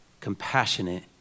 compassionate